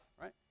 right